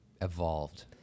evolved